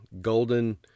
golden